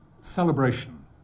celebration